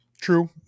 True